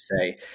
say